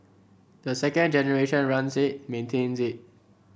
the second generation runs it maintains it